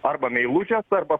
arba meilužes arba